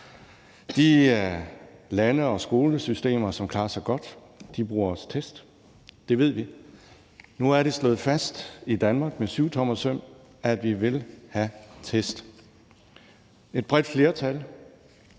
De lande og skolesystemer, som klarer sig godt, bruger også test; det ved vi. Nu er det slået fast i Danmark med syvtommersøm, at vi vil have test. Et bredt flertal,